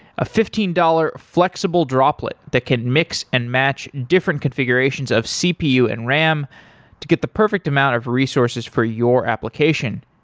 a fifteen dollars flexible droplet that can mix and match different configurations of cpu and ram to get the perfect amount of resources for your application.